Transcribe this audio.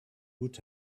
would